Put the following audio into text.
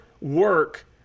work